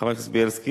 חבר כנסת בילסקי,